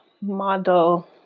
model